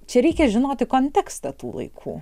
čia reikia žinoti kontekstą tų laikų